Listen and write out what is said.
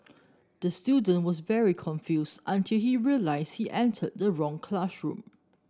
the student was very confused until he realised he entered the wrong classroom